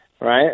right